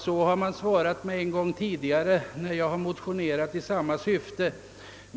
Så har man svarat mig en gång tidigare när jag har motionerat i samma syfte.